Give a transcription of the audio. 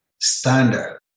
standard